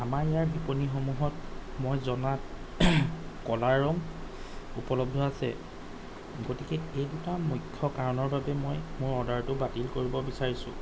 আমাৰ ইয়াৰ বিপণীসমূহত মই জনাত ক'লা ৰঙ উপলব্ধ আছে গতিকে এইকেইটা মূখ্য কাৰণৰ বাবে মই মোৰ অৰ্ডাৰটো বাতিল কৰিব বিচাৰিছোঁ